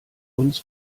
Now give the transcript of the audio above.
uns